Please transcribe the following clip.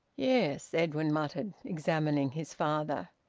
yes, edwin muttered, examining his father.